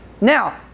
Now